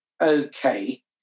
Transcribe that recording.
Okay